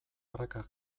prakak